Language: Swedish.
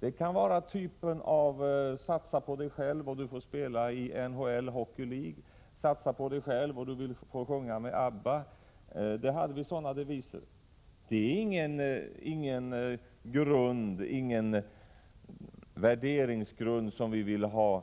Låt mig peka på deviser av typen: Satsa på dig själv och du får spela i National Hockey League, satsa på dig själv och du får sjunga med ABBA. Sådant är ingen värderingsgrund som vi vill ha